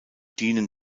dienen